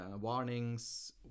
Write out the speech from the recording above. warnings